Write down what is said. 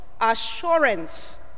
assurance